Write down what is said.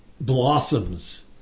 blossoms